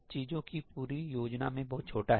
तो यह चीजों की पूरी योजना में बहुत छोटा है